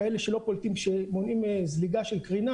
כאלה שמונעים זליגה של קרינה